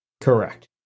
Correct